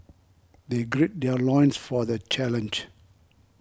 they gird their loins for the challenge